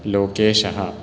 लोकेशः